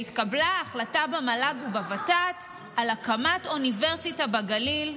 והתקבלה החלטה במל"ג ובוות"ת על הקמת אוניברסיטה בגליל,